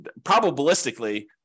probabilistically